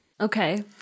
Okay